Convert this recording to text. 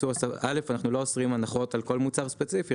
א' אנחנו לא אוסרים הנחות על כל מוצר ספציפי,